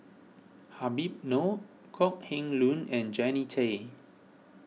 Habib Noh Kok Heng Leun and Jannie Tay